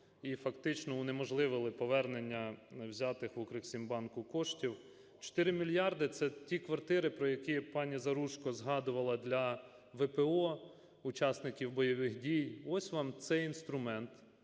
і фактично унеможливили повернення взятих в "Укрексімбанку" коштів. 4 мільярди – це ті квартири, про які пані Заружко згадувала, для ВПО, учасників бойових дій. Ось вам цей інструмент,